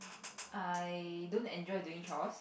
I don't enjoy doing chores